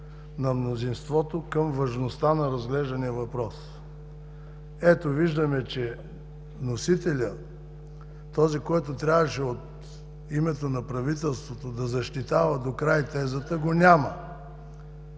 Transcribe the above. на мнозинството към важността на разглеждания въпрос. Ето, виждаме, че вносителя – този, който трябваше от името на правителството да защитава докрай тезата, го няма.